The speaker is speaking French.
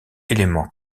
élément